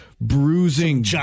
bruising